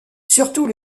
surtout